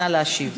נא להשיב.